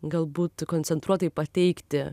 galbūt koncentruotai pateikti